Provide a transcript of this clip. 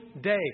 day